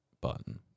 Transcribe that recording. button